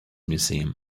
museum